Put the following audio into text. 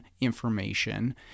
information